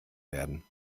werden